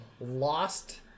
lost